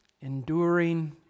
enduring